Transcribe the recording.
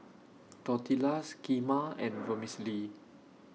Tortillas Kheema and Vermicelli